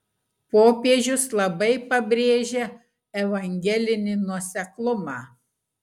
popiežius labai pabrėžia evangelinį nuoseklumą